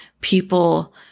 people